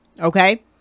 okay